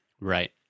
Right